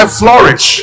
flourish